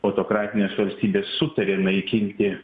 autokratinės valstybės sutarė naikinti